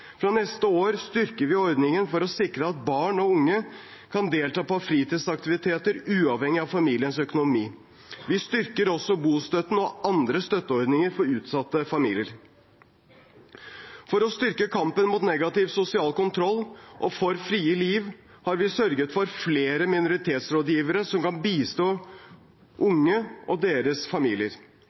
Fra neste år styrker vi ordninger for å sikre at barn og unge kan delta på fritidsaktiviteter, uavhengig av familiens økonomi. Vi styrker også bostøtten og andre støtteordninger for utsatte familier. For å styrke kampen mot negativ sosial kontroll og for frie liv har vi sørget for flere minoritetsrådgivere som kan bistå unge og deres familier.